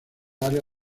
área